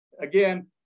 again